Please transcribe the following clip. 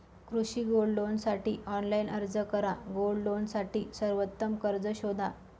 कृषी गोल्ड लोनसाठी ऑनलाइन अर्ज करा गोल्ड लोनसाठी सर्वोत्तम कर्ज शोधा